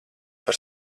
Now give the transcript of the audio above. par